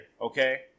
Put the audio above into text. Okay